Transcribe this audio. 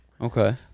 Okay